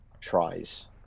tries